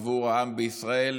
עבור העם בישראל,